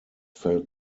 fell